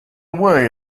way